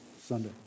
Sunday